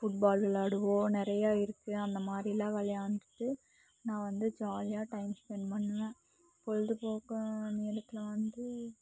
football விளாடுவோம் நிறையா இருக்கு அந்த மாதிரிலாம் விளையாண்டுட்டு நான் வந்து ஜாலியாக டைம் ஸ்பென்ட் பண்ணுவேன் பொழுதுபோக்கு இனி எதுக்குன்னா வந்து